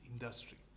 industry